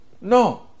no